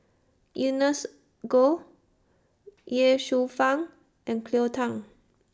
Ernest Goh Ye Shufang and Cleo Thang